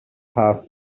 past